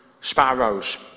sparrows